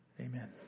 Amen